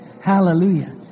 Hallelujah